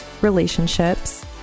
relationships